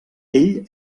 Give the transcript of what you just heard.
ell